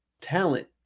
talent